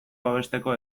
babesteko